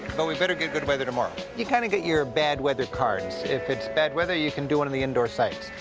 but we'd better get good weather tomorrow. you kind of get your bad-weather cards. if it's bad weather, you can do and the indoor sites.